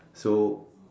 so